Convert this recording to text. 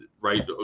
right